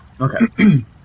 Okay